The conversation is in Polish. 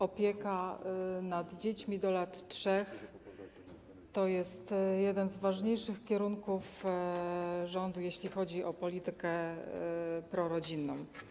Opieka nad dziećmi do lat 3 to jest jeden z ważniejszych kierunków działań rządu, jeśli chodzi o politykę prorodzinną.